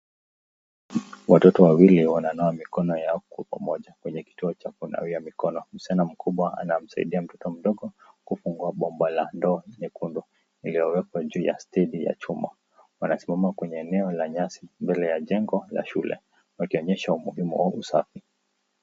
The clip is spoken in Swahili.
Watoto wawili wananawa mikono yao kwa pamoja kwenye kituo cha kunawia mkono msichana mkubwa anamsaidia mtoto mdogo kufungua bomba la ndoo nyekundu iliyowekwa juu ya stendi ya chuma, wanasimama kwenye eneo la nyasi mbele ya jengo la shule wakionyesha umuhimu wa usafi.